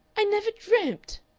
i never dreamt!